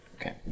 Okay